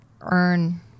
earn